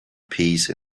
peace